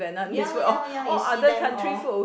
ya ya ya you see them all